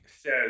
Says